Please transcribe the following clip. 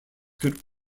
could